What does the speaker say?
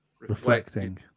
reflecting